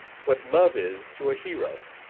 what love is to a hero.